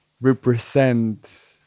represent